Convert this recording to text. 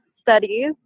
studies